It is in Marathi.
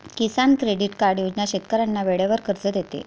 किसान क्रेडिट कार्ड योजना शेतकऱ्यांना वेळेवर कर्ज देते